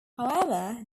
however